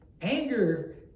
Anger